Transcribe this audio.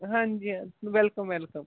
ਹਾਂਜੀ ਹਾਂ welcome welcome